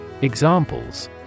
Examples